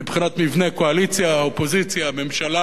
מבחינת מבנה הקואליציה, אופוזיציה, ממשלה.